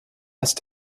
ist